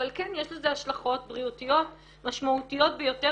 אבל כן יש לזה השלכות בריאותיות משמעותיות ביותר,